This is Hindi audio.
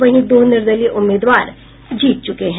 वहीं दो निर्दलीय उम्मीदवार जीत चुके हैं